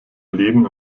erleben